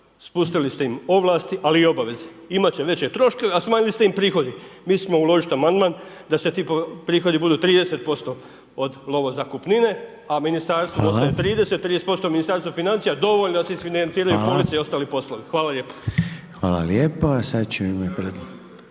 Spustili ste im ovlasti, ali i obaveze. Imat će veće troškove, a smanjili ste im prihode. Mislili smo uložiti amandman da se ti prihodi budu 30% od lova zakupnine, a ministarstvo ostaje 30%, 30% ministarstvo financije dovoljno da se isfinanciraju police i ostali poslovi. Hvala lijepa.